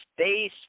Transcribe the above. Space